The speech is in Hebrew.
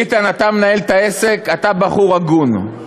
ביטן, אתה מנהל את העסק, אתה בחור הגון.